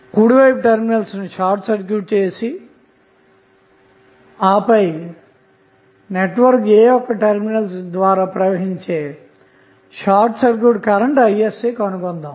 కుడి వైపు టెర్మినల్స్ ను షార్ట్ సర్క్యూట్ చేసి ఆపై నెట్వర్క్ A యొక్క టెర్మినల్స్ గుండా ప్రవహించే షార్ట్ సర్క్యూట్ కరెంటు isc కనుగొందాం